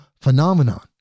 phenomenon